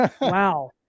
Wow